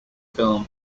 film